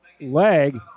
leg